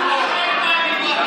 אף אחד לא שואל אותך את זה.